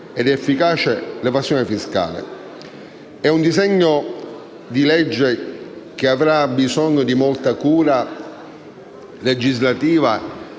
ed efficace l'evasione fiscale. È un disegno ambizioso che avrà bisogno di molta cura legislativa